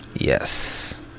Yes